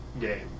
game